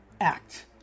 act